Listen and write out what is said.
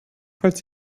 falls